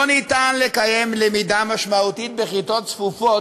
לא ניתן לקיים למידה משמעותית בכיתות צפופות,